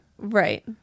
right